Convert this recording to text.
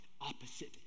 opposite